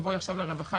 תבואי עכשיו לרווחה,